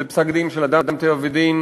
זה פסק-דין בעתירה של "אדם טבע ודין"